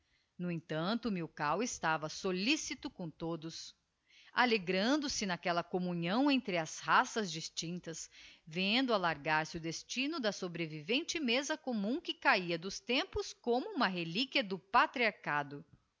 no emtanto alilkau estava solicito com todos alegrando se n'aquella communhão entre as raças distinctas vendo alargar se o destino da sobrevivente mesa commum que cahia dos tempos como uma reliquia do patriarchado a